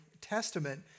Testament